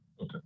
Okay